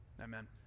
amen